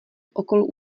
okolo